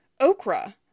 Okra